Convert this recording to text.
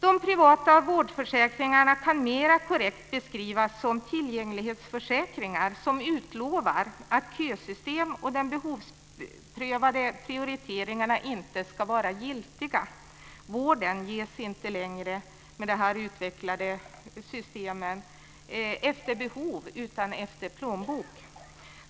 De privata vårdförsäkringarna kan mer korrekt beskrivas som tillgänglighetsförsäkringar som utlovar att kösystem och de behovsprövade prioriteringarna inte ska vara giltiga. Vården ges inte längre med dessa utvecklade system efter behov utan efter plånbok.